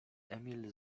emil